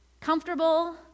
Comfortable